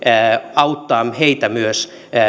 auttamaan heitä myös